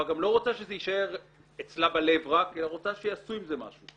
גם לא רוצה שזה יישאר רק אצלה בלב היא רוצה שיעשו עם זה משהו.